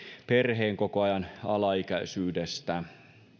perheenkokoajan alaikäisyydestä